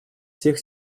всех